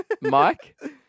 Mike